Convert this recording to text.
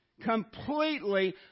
completely